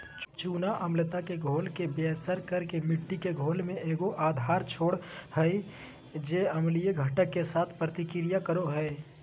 चूना अम्लता के घोल के बेअसर कर के मिट्टी के घोल में एगो आधार छोड़ हइ जे अम्लीय घटक, के साथ प्रतिक्रिया करो हइ